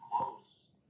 close